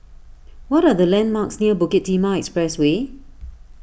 what are the landmarks near Bukit Timah Expressway